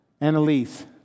Annalise